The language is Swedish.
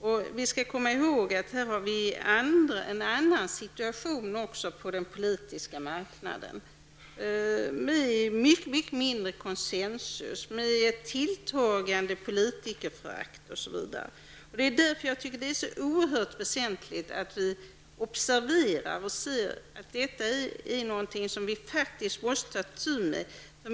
Vi skall också komma ihåg att situationen på den politiska marknaden nu är en annan, med mycket mindre av koncensus, med ett tilltagande politikerförakt, osv. Det är därför oehört väsenligt att vi observerar detta och inser att det är något som vi faktiskt måste ta itu med.